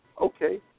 Okay